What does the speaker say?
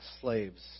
slaves